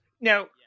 Now